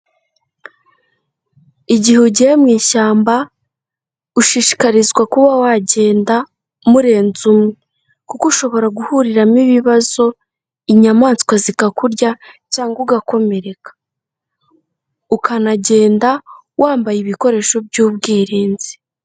Igihe ugiye mu ishyamba ushishikarizwa kuba wagenda murenze umwe, kuko ushobora guhuriramo ibibazo, inyamaswa zikakurya cyangwa ugakomereka, ukanagenda wambaye ibikoresho by'ubwirinzi.